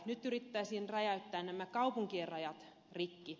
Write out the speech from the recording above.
nyt yritettäisiin räjäyttää nämä kaupunkien rajat rikki